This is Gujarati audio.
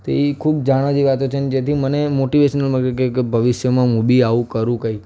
તો એ ખૂબ જાણવા જેવી વાતો છે ને જેથી મને મોટિવેસન મળ્યું કે કે ભવિષ્યમાં મું બી આવું કરું કંઈ